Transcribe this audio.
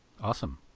Awesome